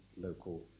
local